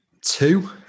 two